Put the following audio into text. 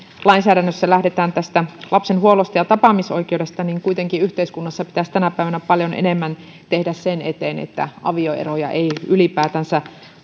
lainsäädännössä nimenomaan lähdetään tästä lapsen huollosta ja tapaamisoikeudesta niin kuitenkin yhteiskunnassa pitäisi tänä päivänä paljon enemmän tehdä sen eteen että avioeroja ei ylipäätänsä